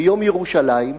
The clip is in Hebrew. ביום ירושלים,